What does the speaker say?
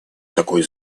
такой